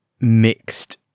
mixed